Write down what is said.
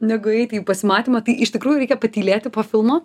negu eiti į pasimatymą tai iš tikrųjų reikia patylėti po filmo